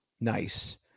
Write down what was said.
Nice